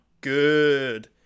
good